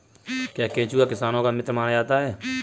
क्या केंचुआ किसानों का मित्र माना जाता है?